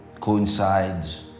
coincides